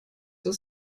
das